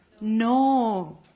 No